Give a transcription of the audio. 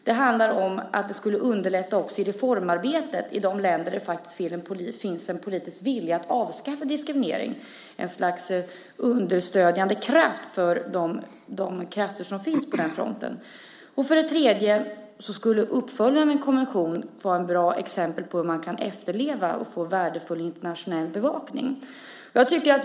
Det handlar även om att det skulle underlätta också i reformarbetet i de länder där det finns en politisk vilja att avskaffa diskriminering - alltså ett slags understödjande kraft för de krafter som finns på den fronten. Vidare skulle uppföljandet av en konvention vara ett bra exempel på hur man kan efterleva och få värdefull internationell bevakning.